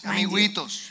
Amiguitos